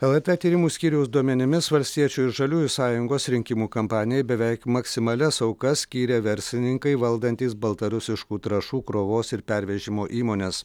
lrt tyrimų skyriaus duomenimis valstiečių ir žaliųjų sąjungos rinkimų kampanijai beveik maksimalias aukas skyrė verslininkai valdantys baltarusiškų trąšų krovos ir pervežimo įmones